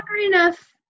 enough